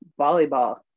volleyball